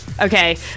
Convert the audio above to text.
Okay